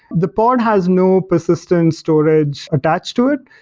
the pod has no persistent storage attached to it.